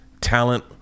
talent